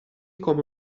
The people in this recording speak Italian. come